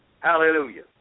Hallelujah